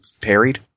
parried